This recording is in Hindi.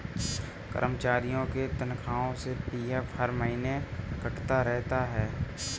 कर्मचारियों के तनख्वाह से पी.एफ हर महीने कटता रहता है